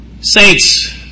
Saints